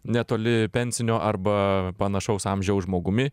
netoli pensinio arba panašaus amžiaus žmogumi